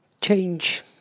Change